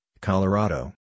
Colorado